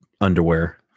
underwear